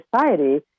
society